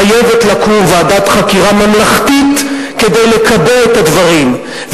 חייבת לקום ועדת חקירה ממלכתית כדי לקבע את הדברים,